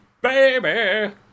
BABY